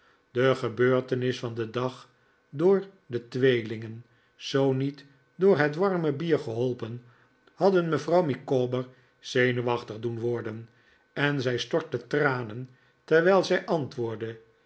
de gebeurteriissen van den dag door de tweelingen zoo niet door het warme bier geholpen hadden mevrouw micawber zenuwachtig doen worden en zij stortte tranen terwijl zij antwoordde